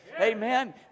Amen